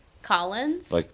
Collins